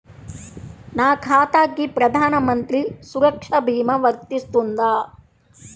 నా ఖాతాకి ప్రధాన మంత్రి సురక్ష భీమా వర్తిస్తుందా?